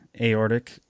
aortic